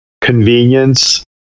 convenience